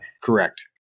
Correct